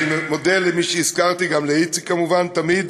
אני מודה למי שהזכרתי, גם לאיציק, כמובן, תמיד.